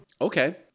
Okay